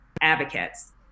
advocates